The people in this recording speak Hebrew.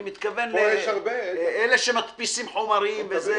אני מתכוון לאלה שמדפסים חומרים וזה.